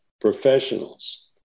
professionals